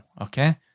Okay